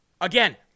Again